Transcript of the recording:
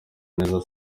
neza